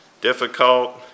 difficult